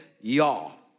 y'all